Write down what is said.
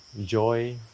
joy